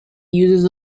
uses